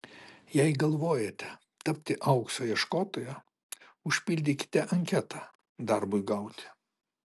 jei galvojate tapti aukso ieškotoja užpildykite anketą darbui gauti